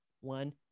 one